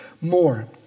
More